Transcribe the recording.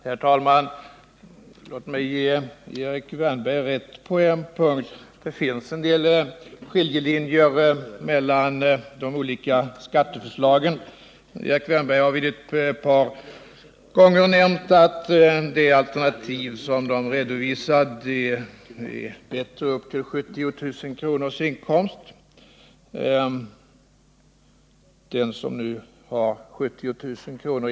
Herr talman! Låt mig ge Erik Wärnberg rätt på en punkt: det finns en del skiljelinjer mellan de olika skatteförslagen. Erik Wärnberg har ett par gånger nämnt att det alternativ som socialdemokraterna redovisat är bättre upp till 70 000 kr. inkomst. Den som nu har 70 000 kr.